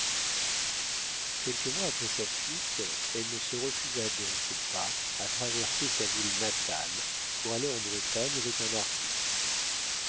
quelques mois après sa fuite elle ne se refusa donc pas à traverser sa ville natale pour aller en bretagne avec un artiste